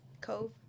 Cove